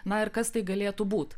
na ir kas tai galėtų būt